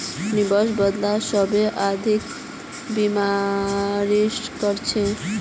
nimbus बादल सबसे अधिक बारिश कर छेक